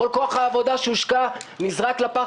כל כוח העבודה שהושקע נזרקו לפח,